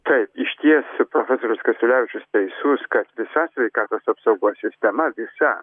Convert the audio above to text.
taip išties profesorius kasiulevičius teisus kad visa sveikatos apsaugos sistema visa